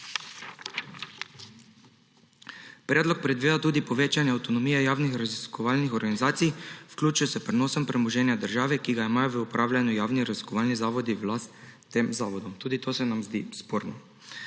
Predlog predvideva tudi povečanje avtonomije javnih raziskovalnih organizacij, vključno s prenosom premoženja države, ki ga imajo v upravljanju javni raziskovalni zavodi v lastnem zavodu. Tudi to se nam zdi sporno.